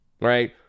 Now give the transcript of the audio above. right